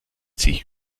sich